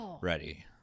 ready